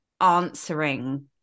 answering